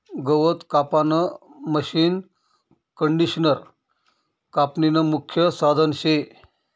गवत कापानं मशीनकंडिशनर कापनीनं मुख्य साधन शे